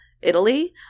Italy